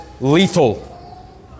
Lethal